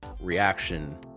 reaction